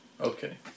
okay